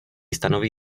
stanoví